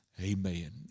Amen